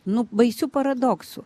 nu baisių paradoksų